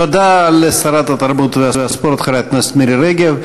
תודה לשרת התרבות והספורט חברת הכנסת מירי רגב.